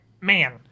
man